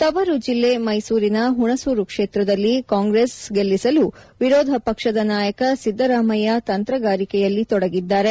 ತವರು ಜಿಲ್ಲೆ ಮೈಸೂರಿನ ಹುಣಸೂರು ಕ್ಷೇತ್ರದಲ್ಲಿ ಕಾಂಗ್ರೆಸ್ ಗೆಲ್ಲಿಸಲು ವಿರೋಧ ಪಕ್ಷದ ನಾಯಕ ಸಿದ್ದರಾಮಯ್ಯ ತಂತ್ರಗಾರಿಕೆಯಲ್ಲಿ ತೊಡಗಿದ್ದಾರೆ